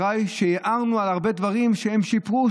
שהערנו על הרבה דברים שהם שיפרו,